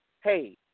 hey